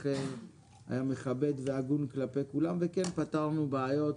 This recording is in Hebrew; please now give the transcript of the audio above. היה מכבד והגון כלפי כולם וכן פתרנו בעיות,